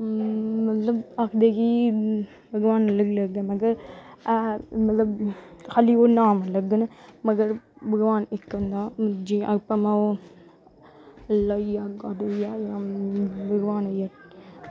मतलब आक्खदे की भगवान जिसलै आक्खदे की खाली नाम अलग न भगवान इक्क गै होंदा